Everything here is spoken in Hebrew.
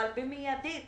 אבל מידית,